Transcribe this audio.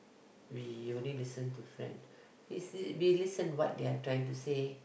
we only listen to friend is they we listen what they are trying to say